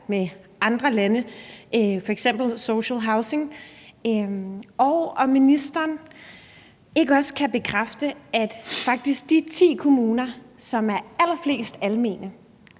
i andre lande med f.eks. social housing, og om ministeren ikke også kan bekræfte, at i de ti kommuner, som faktisk har allerflest almene